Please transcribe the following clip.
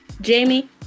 jamie